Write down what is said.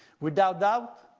without doubt,